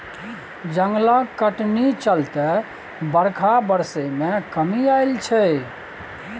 जंगलक कटनी चलते बरखा बरसय मे कमी आएल छै